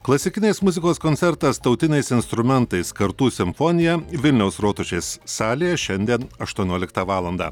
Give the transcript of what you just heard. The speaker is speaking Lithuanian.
klasikinės muzikos koncertas tautiniais instrumentais kartų simfonija vilniaus rotušės salėje šiandien aštuonioliktą valandą